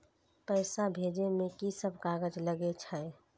पैसा भेजे में की सब कागज लगे छै?